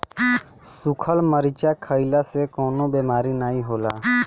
सुखल मरीचा खईला से कवनो बेमारी नाइ होला